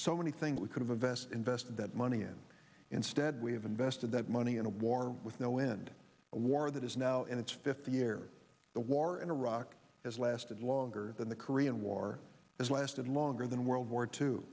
so many things we could have a vest invest that money and instead we have invested that money in a war with no end a war that is now in its fifth year the war in iraq has lasted longer than the korean war this lasted longer than world war two